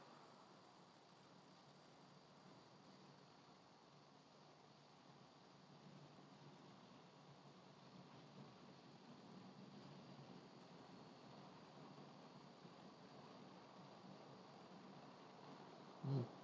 mm